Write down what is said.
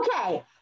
Okay